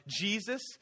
Jesus